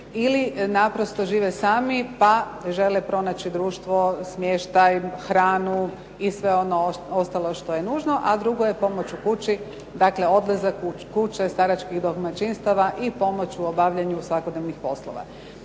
ili naprosto žive sami pa žele pronaći društvo, smještaj, hranu i sve ono ostalo što je nužno a drugo je pomoć u kući, dakle odlazak u kuće staračkih domaćinstava i pomoć u obavljanju svakodnevnih poslova.